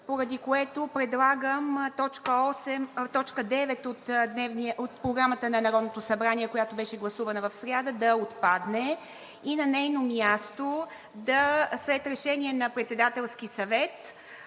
поради което предлагам точка девета от Програмата на Народното събрание, която беше гласувана в сряда, да отпадне. На нейно място, след решение на Председателския съвет,